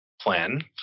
plan